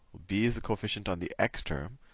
b is the coefficient on the x term,